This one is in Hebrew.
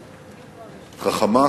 חכמה,